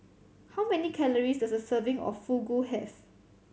how many calories does a serving of Fugu have